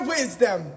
Wisdom